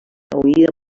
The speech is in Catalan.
oïda